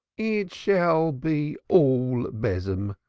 it shall be all besom,